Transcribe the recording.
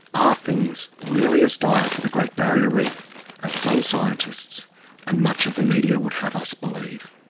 are things really as dire for the great barrier reef as some scientists and much of the media would have us believe?